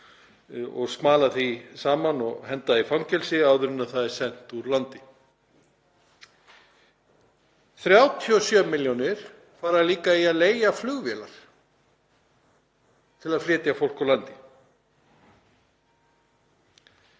og smala því saman og henda í fangelsi áður en það er sent úr landi. 37 milljónir fara líka í að leigja flugvélar til að flytja fólk úr landi.